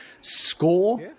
score